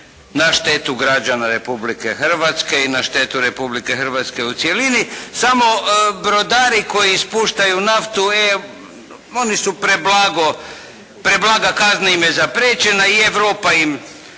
na štetu građana Republike Hrvatske i na štetu Republike Hrvatske u cjelini. Samo brodari koji ispuštaju naftu e oni su preblago, preblaga kazna im je zapriječena i Europa im